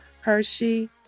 Hershey